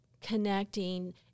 connecting